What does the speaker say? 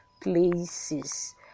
places